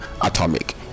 Atomic